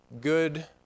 good